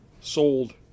sold